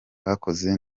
bakoze